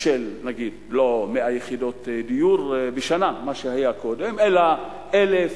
לא 100 יחידות דיור בשנה כמו שהיה קודם אלא 1,000,